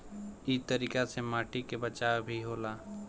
इ तरीका से माटी के बचाव भी होला